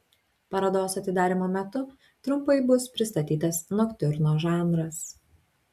parodos atidarymo metu trumpai bus pristatytas noktiurno žanras